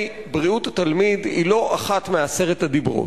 בריאות התלמיד היא לא אחד מעשרת הדיברות,